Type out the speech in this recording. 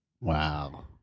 Wow